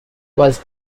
was